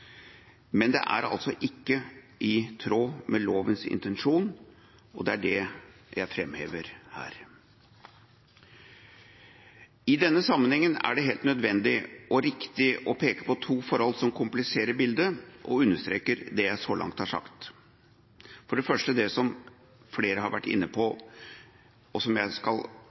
Men det er altså ikke i tråd med lovens intensjon, og det er det jeg framhever her. I denne sammenhengen er det helt nødvendig og riktig å peke på to forhold som kompliserer bildet og understreker det jeg så langt har sagt. For det første det som flere har vært inne på,